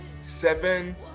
seven